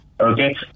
Okay